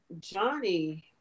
Johnny